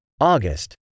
August